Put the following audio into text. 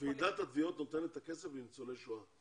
ועידת התביעות נותנת את הכסף לניצולי שואה.